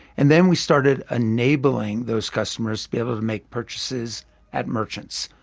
and then we started enabling those customers to be able to make purchases at merchants.